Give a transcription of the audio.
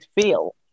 feel